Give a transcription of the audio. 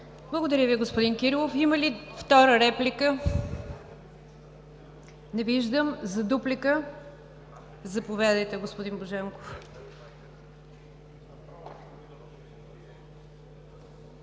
Благодаря, господин Кирилов. Има ли втора реплика? Не виждам. За дуплика ¬– заповядайте, господин Божанков.